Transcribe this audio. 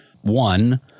one